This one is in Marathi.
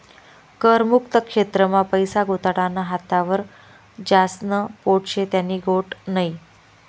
कर मुक्त क्षेत्र मा पैसा गुताडानं हातावर ज्यास्न पोट शे त्यानी गोट नै